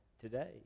today